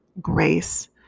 grace